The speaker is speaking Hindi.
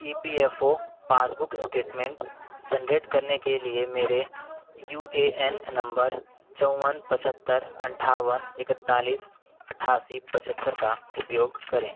ई P F O passbook statement generate करने के लिए मेरे यू ए एन नंबर चौवन पचहत्तर अट्ठावन इकतालीस अट्ठासी पचहत्तर का उपयोग करें